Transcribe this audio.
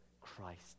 Christ